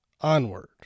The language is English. Onward